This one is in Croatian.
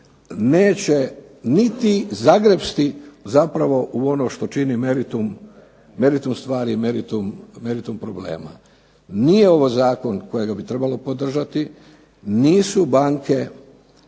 neće niti zagrepsti zapravo u ono što čini meritum stvari i meritum problema. Nije ovo Zakon kojega bi trebalo podržati, nisu banke